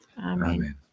Amen